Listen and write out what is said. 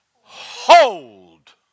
hold